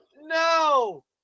No